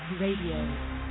Radio